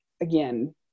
Again